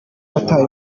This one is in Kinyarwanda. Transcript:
wataye